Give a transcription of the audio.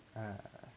uh